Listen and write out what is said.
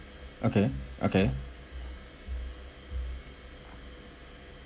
okay okay